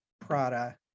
prada